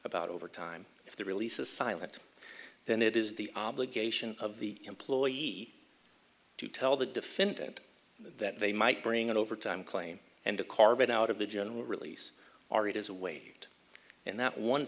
about over time if the release is silent then it is the obligation of the employee to tell the defendant that they might bring an overtime claim and to carve it out of the general release or it is a wait and that one